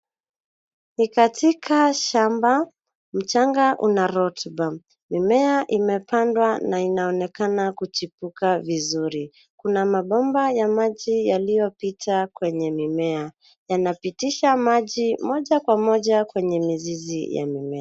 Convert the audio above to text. Ni katika shamba, mchanga una rotuba, mimea imepandwa na inaonekana kuchipuka vizuri. Kuna mabomba ya maji yaliyopita kwenye mimea, yanapitisha maji moja kwa moja kwenye mizizi ya mimea.